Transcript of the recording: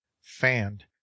fanned